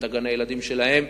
גני-הילדים שלהם.